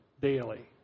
daily